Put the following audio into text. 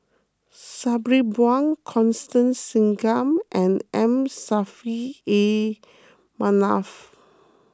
Sabri Buang Constance Singam and M Saffri A Manaf